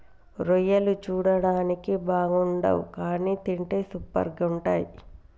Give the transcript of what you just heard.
రొయ్యలు చూడడానికి బాగుండవ్ కానీ తింటే సూపర్గా ఉంటయ్